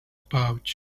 pouch